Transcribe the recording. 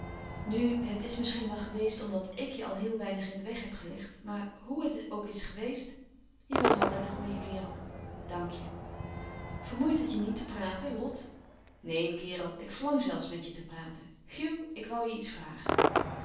nu het is misschien wel geweest omdat ik je al heel weinig in den weg heb gelegd maar hoè het ook is geweest je was altijd een goeie kerel dank je vermoeit het je niet te praten lot neen kerel ik verlang zelfs met je te praten hugh ik woû je iets vragen